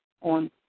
on